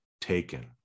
taken